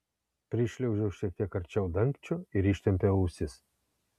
prišliaužiau šiek tiek arčiau dangčio ir ištempiau ausis